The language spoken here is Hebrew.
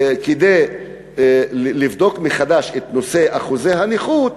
כדי לבדוק מחדש את נושא אחוזי הנכות,